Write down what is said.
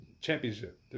championship